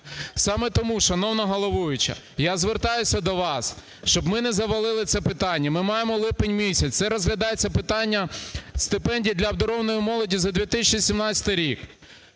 Саме тому, шановна головуюча, я звертаюся до вас, щоб ми не завалили це питання. Ми маємо липень місяць, це розглядається питання стипендій для обдарованої молоді за 2017 рік.